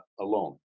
alone